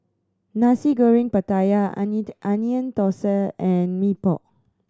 Nasi Goreng Pattaya I need Onion Thosai and Mee Pok